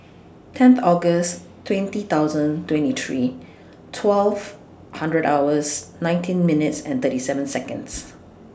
ten August twenty thousand twenty three twelve hundred hours nineteen minutes and thirty seven Seconds